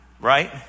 Right